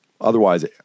Otherwise